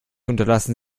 unterlassen